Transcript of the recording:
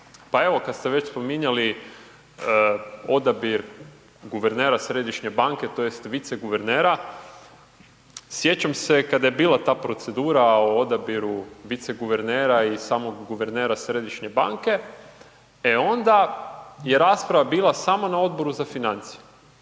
pa evo kad ste već spominjali odabir guvernera središnje banke, tj. viceguvernera sjećam se kada je bila ta procedura o odabiru viceguvernera i samog guvernera središnje banke, e onda je rasprava bila samo na Odboru za financije,